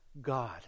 God